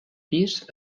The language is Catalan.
pis